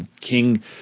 King